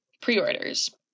pre-orders